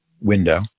window